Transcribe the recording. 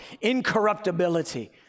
incorruptibility